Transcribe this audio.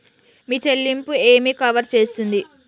మీ చెల్లింపు ఏమి కవర్ చేస్తుంది?